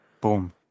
Boom